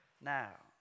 Now